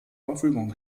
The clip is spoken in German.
verfügung